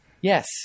Yes